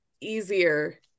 easier